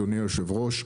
אדוני היושב-ראש,